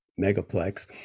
megaplex